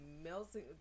Melting